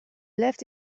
left